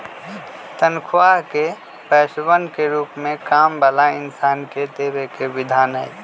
तन्ख्वाह के पैसवन के रूप में काम वाला इन्सान के देवे के विधान हई